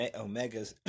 omegas